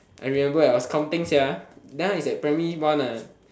I remember I was counting sia that one was like primary one ah